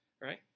right